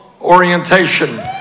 orientation